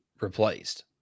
replaced